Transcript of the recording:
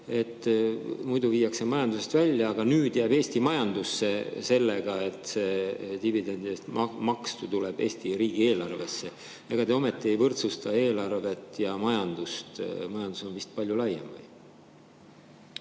et muidu viiakse [raha] majandusest välja, aga nüüd jääb see Eesti majandusse sellega, et dividendi eest tuleb maksta Eesti riigieelarvesse. Ega te ometi ei võrdsusta eelarvet ja majandust? Majandus on vist palju laiem.